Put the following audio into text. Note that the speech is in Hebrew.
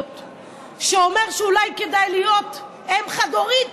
שאומר שאולי כדאי להיות אם חד-הורית,